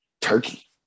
Turkey